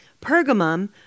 Pergamum